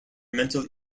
mental